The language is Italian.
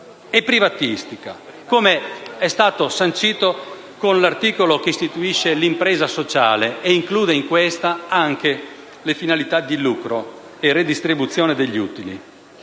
e privatistica, come è stato sancito con l'articolo che istituisce l'impresa sociale e include in essa anche le finalità di lucro e redistribuzione degli utili,